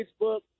Facebook